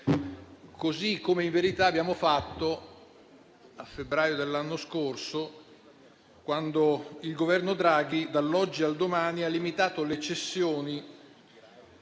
così come in verità abbiamo fatto a febbraio dell'anno scorso quando il Governo Draghi, dall'oggi al domani, ha limitato le cessioni